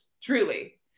truly